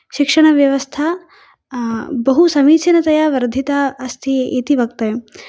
शिक्षणव्यवस्था बहु समीचिनतया वर्धिता अस्ति इति वक्तव्यं